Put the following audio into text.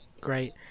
great